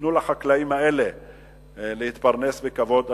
וייתנו לחקלאים האלה להתפרנס בכבוד.